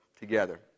together